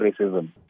racism